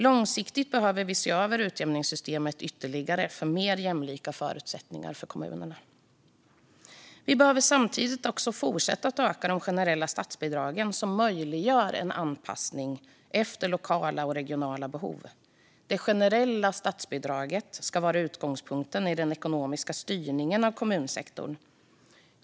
Långsiktigt behöver vi se över utjämningssystemet ytterligare för mer jämlika förutsättningar för kommunerna. Vi behöver samtidigt fortsätta att öka de generella statsbidragen, som möjliggör en anpassning efter lokala och regionala behov. Det generella statsbidraget ska vara utgångspunkten i den ekonomiska styrningen av kommunsektorn.